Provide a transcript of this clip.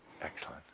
Excellent